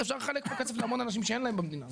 אפשר לחלק פה כסף להמון אנשים שאין להם במדינה.